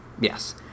yes